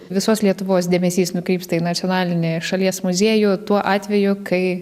visos lietuvos dėmesys nukrypsta į nacionalinį šalies muziejų tuo atveju kai